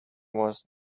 was